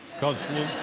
god's me